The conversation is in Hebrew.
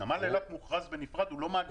--- נמל אילת מוכרז בנפרד, הוא לא מעגנה.